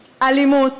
אלימות,